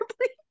please